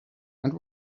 and